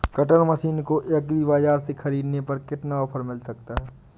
Cutter machine को agri बाजार से ख़रीदने पर कितना ऑफर मिल सकता है?